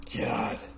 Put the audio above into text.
God